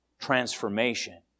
transformation